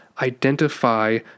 identify